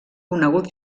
conegut